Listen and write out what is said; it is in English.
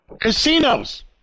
Casinos